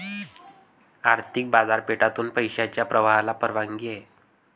आर्थिक बाजारपेठेतून पैशाच्या प्रवाहाला परवानगी आहे